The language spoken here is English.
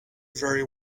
very